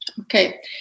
Okay